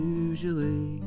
usually